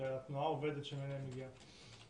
והתנועה העובדת וההתיישבות ממנה היא מגיעה .